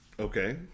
Okay